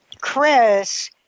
Chris